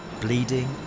Bleeding